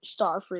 Starfruit